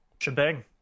shebang